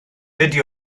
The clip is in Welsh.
dydy